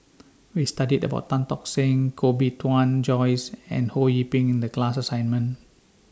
We studied about Tan Tock Seng Koh Bee Tuan Joyce and Ho Yee Ping in The class assignment